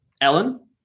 Ellen